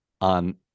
on